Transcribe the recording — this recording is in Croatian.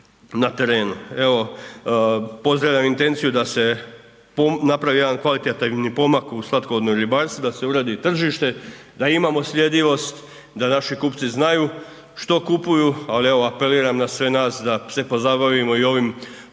na terenu. Evo, pozdravljam intenciju da se napravi jedan kvalitetan pomak u slatkovodnom ribarstvu, da se uredi tržište, da imamo sljedivost, da naši kupci znaju što kupuju, ali evo, apeliram na sve nas da se pozabavimo i ovim problemima